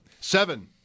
seven